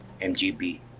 MGB